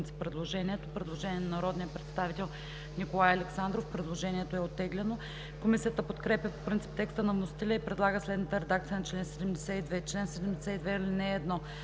Предложение на народния представител Николай Александров. Предложението е оттеглено. Комисията подкрепя по принцип текста на вносителя и предлага следната редакция на чл. 65: „Чл. 65. Натурални